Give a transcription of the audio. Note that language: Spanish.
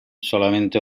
solamente